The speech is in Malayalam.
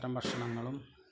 അത്തരം ഭക്ഷണങ്ങളും